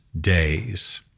Days